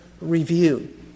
review